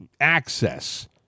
access